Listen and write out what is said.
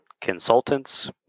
consultants